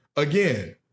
Again